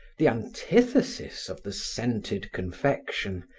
the antithesis of the scented confection,